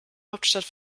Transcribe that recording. hauptstadt